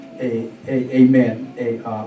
amen